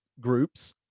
groups